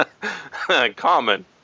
common